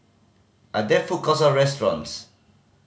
are there food courts or restaurants